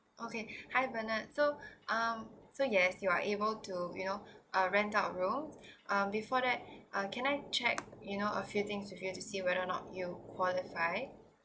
okay hi bernard so um so yes you are able to you know uh rent out room um before that uh can I check you know a few things if you want to see whether or not you qualified